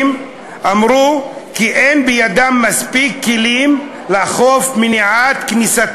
אמרו כי אין בידם מספיק כלים לאכוף מניעת כניסה